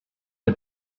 had